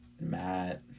Matt